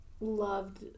loved